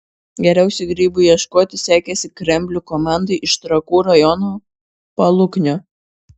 geriausiai grybų ieškoti sekėsi kremblių komandai iš trakų rajono paluknio